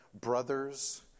Brothers